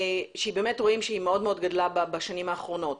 באמת רואים שהיא מאוד מאוד גדלה בשנים האחרונות.